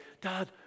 Dad